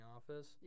Office